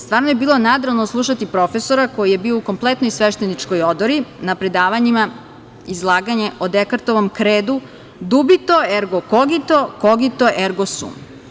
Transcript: Stvarno je bilo nadrealno slušati profesora koji je bio u kompletnoj svešteničkoj odori na predavanjima izlaganje o Dekartovom kredu "dubito ergo kogito, kogito ergo sum"